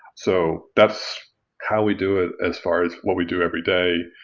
so that's how we do it as far as what we do every day.